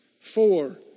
Four